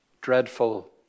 Dreadful